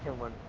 one